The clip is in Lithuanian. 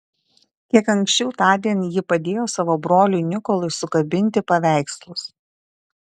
kiek anksčiau tądien ji padėjo savo broliui nikolui sukabinti paveikslus